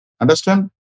Understand